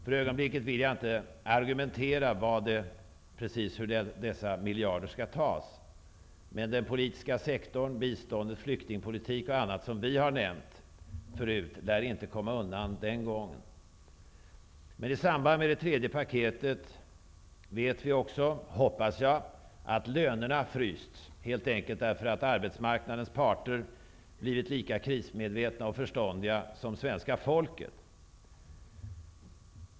För ögonblicket vill jag inte argumentera var dessa miljarder skall tas, men den politiska sektorn, biståndet, flyktingpolitiken och annat som vi har nämnt förut lär inte komma undan denna gång. I samband med det tredje paketet vet vi också, hoppas jag, att lönerna frysts, helt enkelt därför att arbetsmarknadens parter blivit lika krismedvetna och förståndiga som svenska folket.